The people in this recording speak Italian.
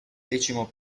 decimo